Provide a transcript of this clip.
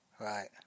Right